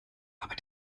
aber